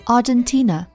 Argentina